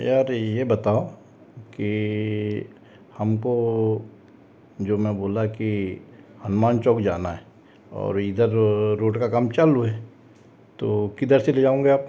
यार ये बताओ की हमको जो मैं बोला कि हनुमान चौक जाना है और इधर रोड का काम चालू है तो किधर से ले जाओगे आप